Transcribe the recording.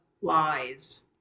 lies